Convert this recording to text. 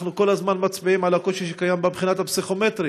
אנחנו כול הזמן מצביעים על הקושי שקיים בבחינה הפסיכומטרית,